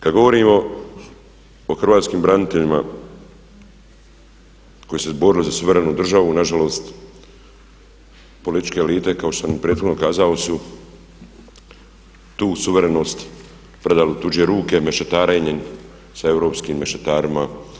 Kad govorimo o Hrvatskim braniteljima koji su se borili za suverenu državu nažalost političke elite kako što sam i prethodno kazao su tu suverenost predali u tuđe ruke mešetarenjem sa europskim mešetarima.